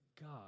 God